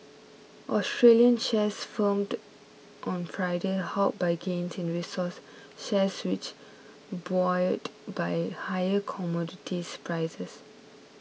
Australian shares firmed on Friday helped by gains in resources shares which were buoyed by higher commodities prices